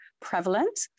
prevalent